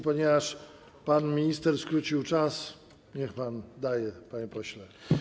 Ponieważ pan minister skrócił czas, niech pan daje, panie pośle.